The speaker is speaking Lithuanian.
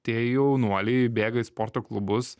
tie jaunuoliai bėga į sporto klubus